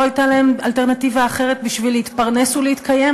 הייתה להן אלטרנטיבה בשביל להתפרנס ולהתקיים.